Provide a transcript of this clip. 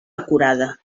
acurada